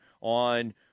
on